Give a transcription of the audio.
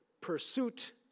pursuit